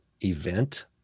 event